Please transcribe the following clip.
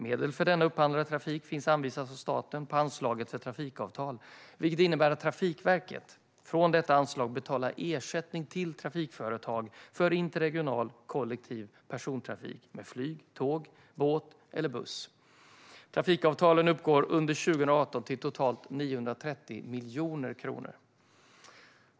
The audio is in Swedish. Medel för denna upphandlade trafik finns anvisade av staten på anslaget för trafikavtal, vilket innebär att Trafikverket från detta anslag betalar ersättning till trafikföretag för interregional kollektiv persontrafik med flyg, tåg, båt eller buss. Trafikavtalen uppgår under 2018 till totalt 930 miljoner kronor.